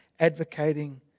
advocating